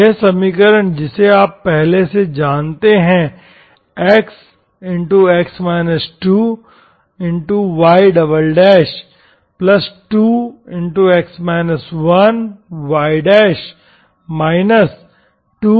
यह समीकरण जिसे आप पहले से जानते हैं xy2y 2y0